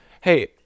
hey